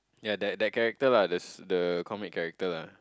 ya that that character lah the s~ the comic character lah